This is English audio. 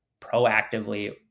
proactively